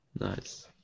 nice